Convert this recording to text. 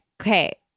okay